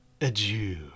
adieu